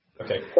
Okay